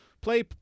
play